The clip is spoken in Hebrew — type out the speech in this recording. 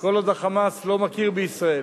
כל עוד ה"חמאס" לא מכיר בישראל,